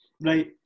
Right